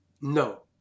No